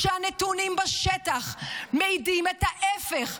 כשהנתונים בשטח מעידים ההפך.